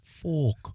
fork